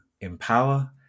empower